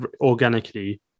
organically